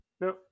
No